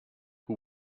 who